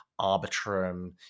arbitrum